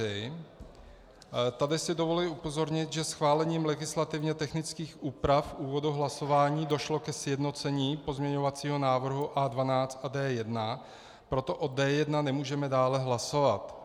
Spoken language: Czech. Tady si dovoluji upozornit, že schválením legislativně technických úprav v úvodu hlasování došlo ke sjednocení pozměňovacího návrhu A12 a D1, proto o D1 nemůžeme dále hlasovat.